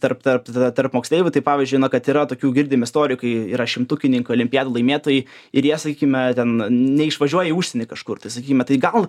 tarp tarp tar tarp moksleivių tai pavyzdžiui na kad yra tokių girdim istorijų yra šimtukininkai olimpiadų laimėtojai ir jie sakykime ten neišvažiuoja į užsienį kažkur tai sakykime tai gal